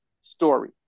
story